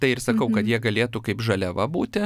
tai ir sakau kad jie galėtų kaip žaliava būti